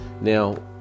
now